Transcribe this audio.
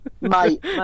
Mate